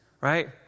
right